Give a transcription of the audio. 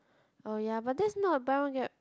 oh ya but that's not buy one get